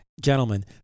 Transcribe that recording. gentlemen